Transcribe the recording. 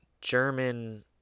German